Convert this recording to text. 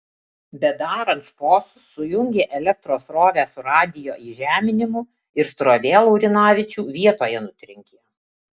bedarant šposus sujungė elektros srovę su radijo įžeminimu ir srovė laurinavičių vietoje nutrenkė